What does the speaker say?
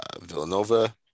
Villanova